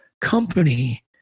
company